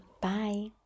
Bye